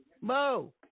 Mo